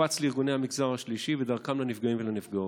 הופץ לארגוני המגזר השלישי ודרכם לנפגעים ולנפגעות,